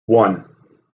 one